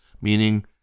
meaning